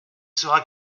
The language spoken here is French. sera